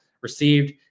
received